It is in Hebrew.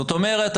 זאת אומרת,